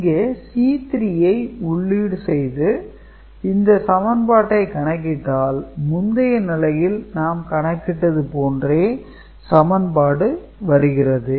இங்கே C3 ஐ உள்ளீடு செய்து இந்த சமன்பாட்டை கணக்கிட்டால் முந்திய நிலையில் நாம் கணக்கிட்டது போன்றே சமன்பாடு வருகிறது